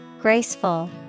Graceful